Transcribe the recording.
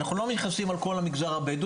ואנחנו לא נכנסים על כל המגזר הבדואי,